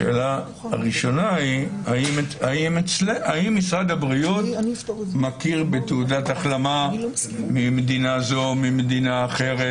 השאלה היא האם משרד הבריאות מכיר בתעודת החלמה ממדינה זו או אחרת?